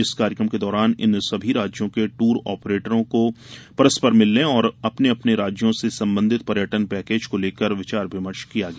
इस कार्यक्रम के दौरान इन सभी राज्यों के दूर आपरेटर को परस्पर मिलने और अपने अपने राज्यों से संबंधित पर्यटन पैकेज को लेकर विचार विमर्श किया गया